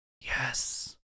yes